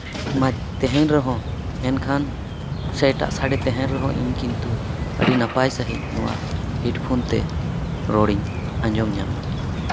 ᱚᱱᱟ ᱛᱟᱦᱮᱱ ᱨᱮᱦᱚᱸ ᱢᱮᱱᱠᱷᱟᱱ ᱥᱮ ᱮᱴᱟᱜ ᱥᱮᱲᱮ ᱛᱟᱦᱮᱱ ᱨᱮᱦᱚᱸ ᱤᱧ ᱠᱤᱱᱛᱩ ᱟᱹᱰᱤ ᱱᱟᱯᱟᱭ ᱥᱟᱺᱦᱤᱡ ᱱᱚᱣᱟ ᱦᱮᱰᱯᱷᱳᱱ ᱛᱮ ᱨᱚᱲᱤᱧ ᱟᱸᱡᱚᱢ ᱧᱟᱢᱟ